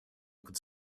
could